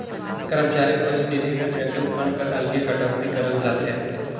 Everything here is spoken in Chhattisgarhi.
करमचारी भविस निधि में पेंसन फंड कर अलगे कटउती करल जाथे